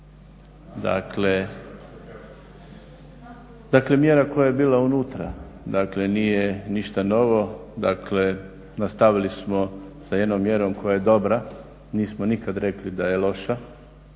Dakle, mjera koja je bila unutra, dakle nije ništa novo, dakle nastavili smo sa jednom mjerom koja je dobra, nismo nikad rekli da je loša